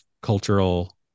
cultural